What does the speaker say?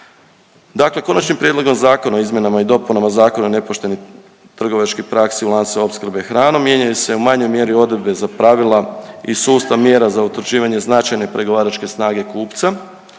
Dakle Konačnim prijedlogom zakona o izmjenama i dopunama zakona o nepoštenim trgovačkih praksi u lancu opskrbe hranom mijenjaju se u manjoj mjeri odredbe za pravila i sustav mjera za utvrđivanje značajne pregovaračke snage kupca,